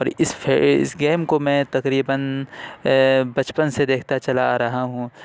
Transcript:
اور اس فے اس گیم کو میں تقریباً بچپن سے دیکھتا چلا آرہا ہوں